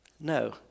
No